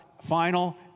final